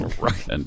Right